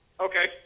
Okay